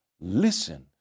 listen